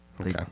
Okay